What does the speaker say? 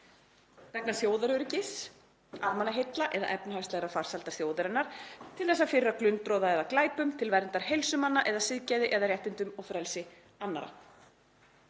vegna þjóðaröryggis, almannaheilla eða efnahagslegrar farsældar þjóðarinnar, til þess að firra glundroða eða glæpum, til verndar heilsu manna, siðgæði eða réttindum og frelsi annarra.